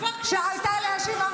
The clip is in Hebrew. כבר קריאה ראשונה?